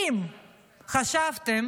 אם חשבתם